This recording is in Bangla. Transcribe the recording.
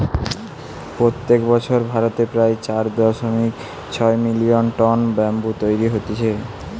প্রত্যেক বছর ভারতে প্রায় চার দশমিক ছয় মিলিয়ন টন ব্যাম্বু তৈরী হতিছে